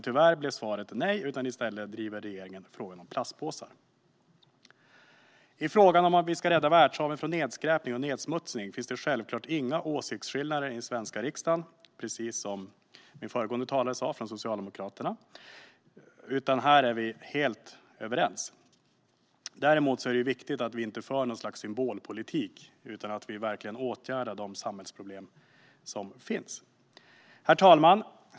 Tyvärr blev svaret nej, utan i stället driver regeringen frågan om plastpåsar. I frågan om att vi ska rädda världshaven från nedskräpning och nedsmutsning finns det självklart inga åsiktsskillnader i den svenska riksdagen, precis som den föregående talaren från Socialdemokraterna sa. Här är vi helt överens. Däremot är det viktigt att vi inte för något slags symbolpolitik utan att vi verkligen åtgärdar de samhällsproblem som finns. Herr talman!